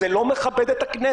זה לא מכבד את הכנסת.